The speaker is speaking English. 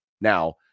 Now